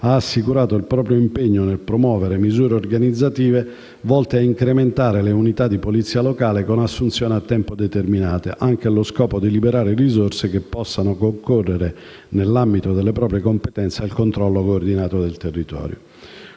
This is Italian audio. ha assicurato il proprio impegno nel promuovere misure organizzative volte ad incrementare le unità di polizia locale con assunzioni a tempo determinato, anche allo scopo di liberare risorse che possano concorrere, nell'ambito delle proprie competenze, al controllo coordinato del territorio.